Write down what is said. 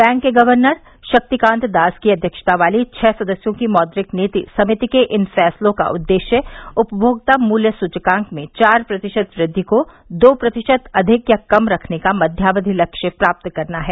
bank के governor Shaktikanta Das की अध्यक्षता वाली छह सदस्यों की मौद्रिक नीति समिति के इन फैसलों का उद्देश्य उपभोक्ता मूल्य सूचकांक में चार प्रतिशत वृद्दि को दो प्रतिशत अधिक या कम रखने का मध्यावधि लक्ष्य प्राप्त करना है